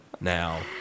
now